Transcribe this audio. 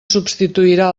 substituirà